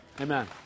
Amen